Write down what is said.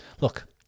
Look